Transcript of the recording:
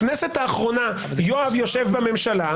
בכנסת האחרונה יואב יושב בממשלה,